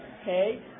Okay